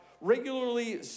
Regularly